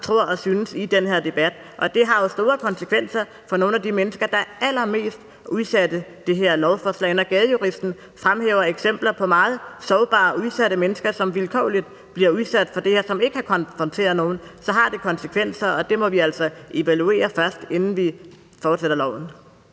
»tror« og »synes« i den her debat, og det har jo store konsekvenser for nogle af de mennesker, der er allermest udsatte. Når Gadejuristen fremhæver eksempler på meget sårbare og udsatte mennesker, som vilkårligt bliver udsat for det her, og som ikke har konfronteret nogen, så har det konsekvenser, og det må vi altså evaluere først, inden vi fortsætter med loven.